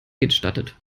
gestattet